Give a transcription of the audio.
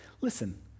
Listen